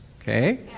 okay